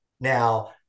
now